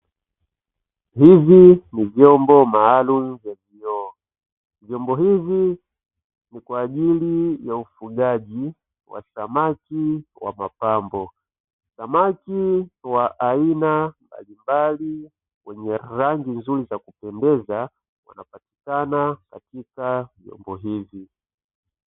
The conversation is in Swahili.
Hivi ni vyombo maalumu vya vioo, vyombo hivi ni kwa ajili ya ufugaji wa samaki wa mapambo. Samaki wa aina mbalimbali wenye rangi nzuri za kupendeza wanapatikana katika vyombo hivi.